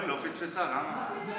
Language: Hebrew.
היא לא פספסה, למה?